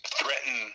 threaten